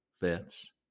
vets